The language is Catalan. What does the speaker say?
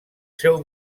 seu